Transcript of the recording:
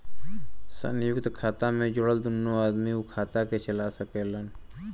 संयुक्त खाता मे जुड़ल दुन्नो आदमी उ खाता के चला सकलन